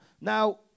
now